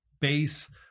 base